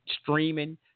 streaming